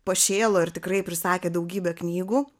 pašėlo ir tikrai prisakė daugybę knygų